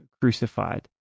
crucified